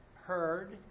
heard